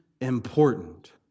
important